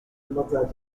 mother